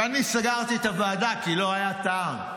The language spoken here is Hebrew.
אני סגרתי את הוועדה, כי לא היה טעם.